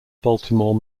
baltimore